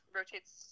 rotates